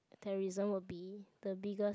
terrorism will be the biggest